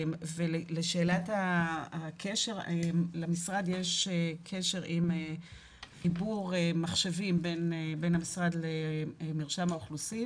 לשאלת הקשר למשרד יש קשר עם עיבור מחשבים בין המשרד למרשם האוכלוסין.